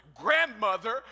grandmother